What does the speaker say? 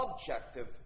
objective